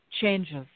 changes